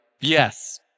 yes